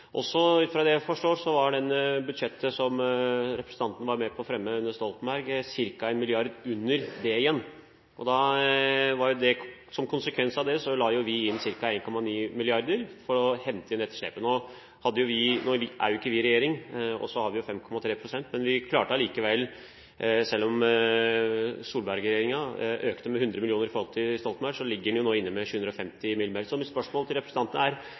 Også ut fra det jeg forstår, var det budsjettet som representanten var med på å fremme under Stoltenberg, ca. 1 mrd. kr under det igjen. Som konsekvens av det la vi inn ca. 1,9 mrd. kr for å hente inn etterslepet. Nå er jo ikke vi regjering, og vi har 5,3 pst., men vi klarte likevel – selv om Solberg-regjeringen økte med 100 mill. kr i forhold til Stoltenberg – å bidra til at det nå ligger inne 750 mill. kr mer. Mitt spørsmål til representanten er: